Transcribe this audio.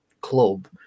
club